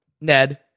Ned